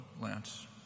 Lance